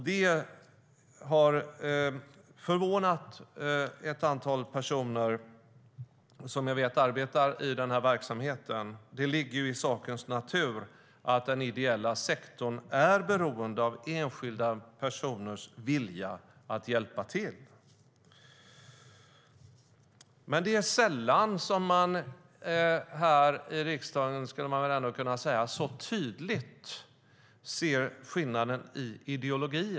Detta har förvånat ett antal personer som arbetar i den här verksamheten. Det ligger ju i sakens natur att den ideella sektorn är beroende av enskilda personers vilja att hjälpa till. Det är sällan man här i riksdagen så tydligt ser skillnaden i ideologi.